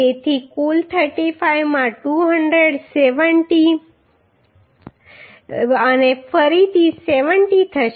તેથી કુલ 35 માં 270 અને ફરીથી 70 થશે